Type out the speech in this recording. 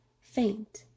faint